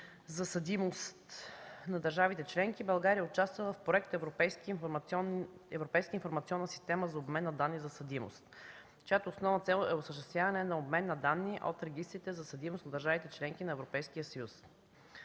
за съдимост на държавите членки България участва в проекта Европейска информационна система „Обмен на данни за съдимост”, чиято основна цел е осъществяване на обмен на данни от регистрите за съдимост на държавите – членки на Европейския съюз.